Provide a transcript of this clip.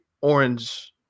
orange